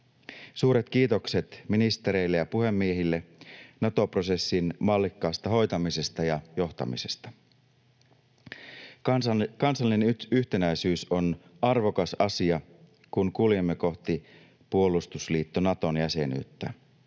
Suuret kiitokset ministereille ja puhemiehille Nato-prosessin mallikkaasta hoitamisesta ja johtamisesta. Kansallinen yhtenäisyys on arvokas asia, kun kuljemme kohti puolustusliitto Naton jäsenyyttä.